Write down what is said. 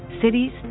cities